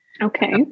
Okay